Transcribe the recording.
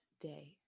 day